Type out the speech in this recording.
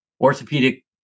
orthopedic